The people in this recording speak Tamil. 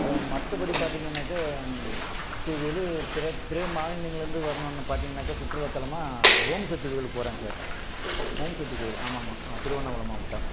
இப்போது மற்றபடி பார்த்திங்களனாக்கா இப்போ வெளியே பிற பிற மாநிலங்கள்லருந்து வரணுன்னு பார்த்திங்கனாக்க சுற்றுலாத்தலமாக ஓம் சக்தி கோயிலுக்கு போகிறாங்க சார் ஓம் சக்தி கோயில் ஆமாம்மா திருவண்ணாமலை மாவட்டம்